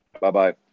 Bye-bye